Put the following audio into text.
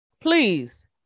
Please